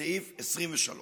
בסעיף 23,